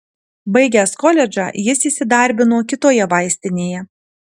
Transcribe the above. baigęs koledžą jis įsidarbino kitoje vaistinėje